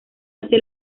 hace